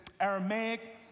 Aramaic